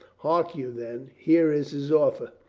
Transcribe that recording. hark you, then, here is his offer.